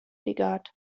legat